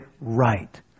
right